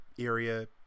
area